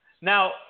Now